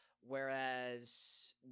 whereas